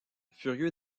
furieux